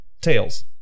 tails